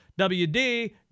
WD